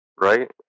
Right